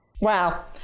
Wow